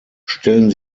stellen